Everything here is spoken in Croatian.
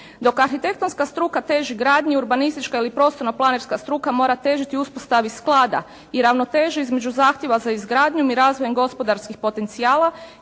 Dok arhitektonska struka teži gradnji urbanistička ili prostorno planerska struka mora težiti uspostavi sklada i ravnoteže između zahtjeva za izgradnjom i razvojem gospodarskih potencijala